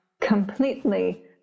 completely